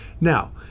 Now